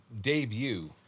debut